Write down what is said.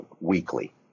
weekly